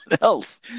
else